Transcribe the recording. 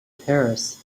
paris